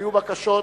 היו בקשות,